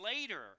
later